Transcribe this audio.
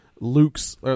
Luke's